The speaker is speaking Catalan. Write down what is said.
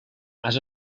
has